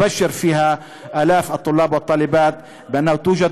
שנגיע לרגע הזה שנבשר בו לאלפי הסטודנטים והסטודנטיות